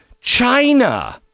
China